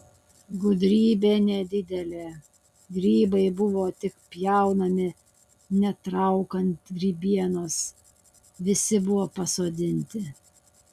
gudrybė nedidelė grybai buvo tik pjaunami netraukant grybienos visi buvo pasodinti